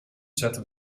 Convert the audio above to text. zetten